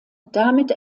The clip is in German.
damit